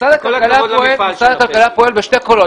משרד הכלכלה פועל בשני קולות.